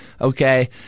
okay